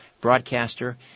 broadcaster